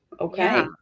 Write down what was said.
Okay